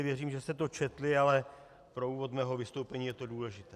Věřím, že jste to četli, ale pro úvod mého vystoupení je to důležité.